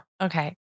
Okay